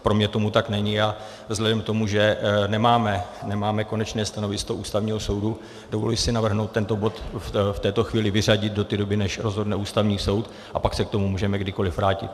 Pro mne tomu tak není a vzhledem k tomu, že nemáme konečné stanovisko Ústavního soudu, dovoluji si navrhnout tento bod v této chvíli vyřadit do té doby, než rozhodne Ústavní soud, a pak se k tomu můžeme kdykoliv vrátit.